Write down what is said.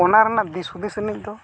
ᱚᱱᱟᱨᱮᱱᱟᱜ ᱫᱤᱥᱦᱩᱫᱤᱥ ᱟᱱᱤᱡ ᱫᱚ